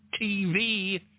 TV